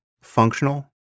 functional